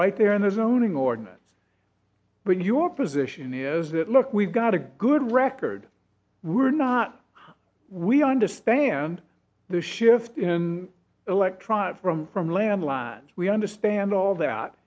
right there in the zoning ordinance but your position is that look we've got a good record we're not we understand the shift in electrons from from landlines we understand all that